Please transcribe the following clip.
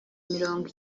mirongo